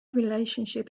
relationship